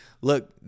Look